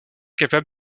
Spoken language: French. capable